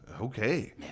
Okay